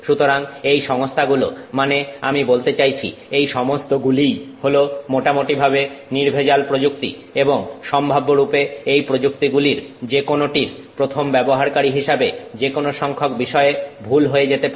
সুতরাং এই সংস্থাগুলো মানে আমি বলতে চাইছি এই সমস্ত গুলিই হল মোটামুটি ভাবে নির্ভেজাল প্রযুক্তি এবং সম্ভাব্যরূপে এই প্রযুক্তিগুলির যেকোনোটির প্রথম ব্যবহারকারী হিসেবে যেকোনো সংখ্যক বিষয়ে ভুল হয়ে যেতে পারে